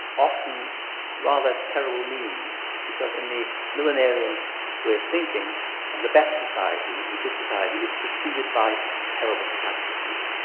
often rather terrible means, because in the millenarium we're thinking the best society, the good society, is preceded by terrible catastrophes,